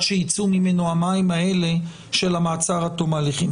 שיצאו ממנו המים האלה של המעצר עד תום ההליכים.